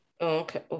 okay